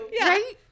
Right